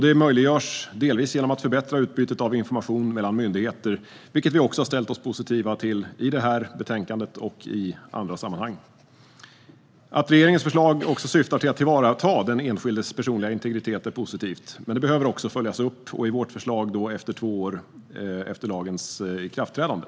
Det möjliggörs delvis genom att förbättra utbytet av information mellan myndigheter, vilket vi också har ställt oss positiva till i det här betänkandet och i andra sammanhang. Att regeringens förslag syftar till att tillvarata den enskildes personliga integritet är positivt. Men det behöver också följas upp. Vårt förslag är att det ska göras två år efter lagens ikraftträdande.